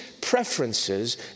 preferences